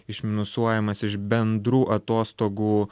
išminusuojamas iš bendrų atostogų